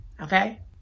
Okay